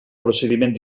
procediment